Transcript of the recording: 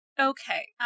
Okay